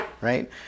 Right